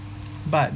but